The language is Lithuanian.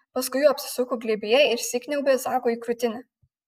paskui apsisuko glėbyje ir įsikniaubė zakui į krūtinę